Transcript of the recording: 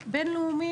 בין-לאומי,